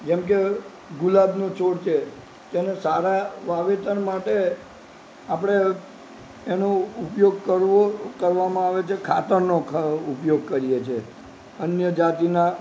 જેમ કે ગુલાબનો છોડ છે તેને સારા વાવેતર માટે આપણે એનો ઉપયોગ કરવો કરવામાં આવે છે ખાતરનો ઉપયોગ કરીએ છીએ અન્ય જાતિના